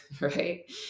right